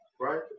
right